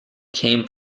came